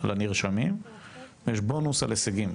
לנרשמים ויש בונוס על הישגים.